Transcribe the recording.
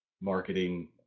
marketing